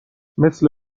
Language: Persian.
مثل